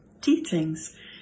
teachings